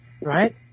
right